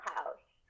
House